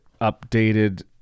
updated